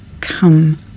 come